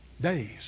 Days